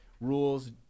rules